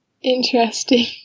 Interesting